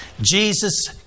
Jesus